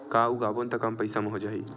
का उगाबोन त कम पईसा म हो जाही?